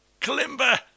kalimba